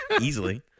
Easily